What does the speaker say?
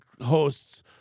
hosts